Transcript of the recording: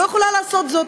אני לא יכולה לעשות זאת,